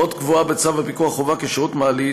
עוד קבועה בצו הפיקוח חובה כי שירות מעלית,